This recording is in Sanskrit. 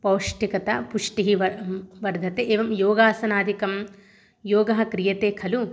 पौष्टिकता पुष्टिः व वर्धते एवं योगासनादिकं योगः क्रियते खलु